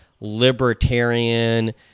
libertarian